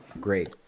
Great